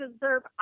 deserve